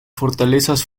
fortalezas